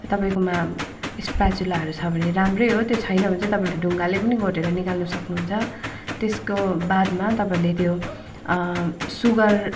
तपाईँकोमा इस्पा चुलाहरू छ भने राम्रै हो त्यो छैन भने चाहिँ तपाईँले ढुङ्गाले पनि घोटेर निकाल्न सक्नुहुन्छ त्यसको बादमा तपाईँहरूले त्यो सुगर